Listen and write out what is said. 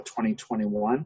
2021